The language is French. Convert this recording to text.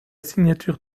signature